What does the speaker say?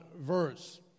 verse